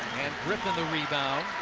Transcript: griffin, the rebound.